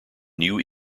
new